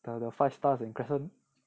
the five stars and crescent